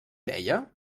deia